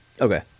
Okay